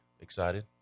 excited